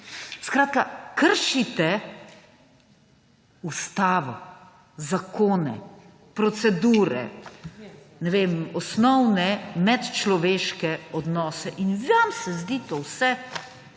Ustave. Kršite ustavo, zakone, procedure, ne vem, osnovne medčloveške odnose. In vam se zdi to vse